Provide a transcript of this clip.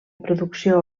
producció